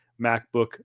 MacBook